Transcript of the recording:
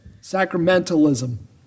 Sacramentalism